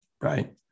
Right